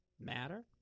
matter